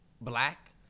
black